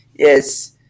Yes